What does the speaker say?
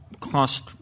cost